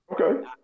Okay